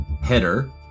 header